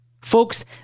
Folks